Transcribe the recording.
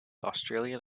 australian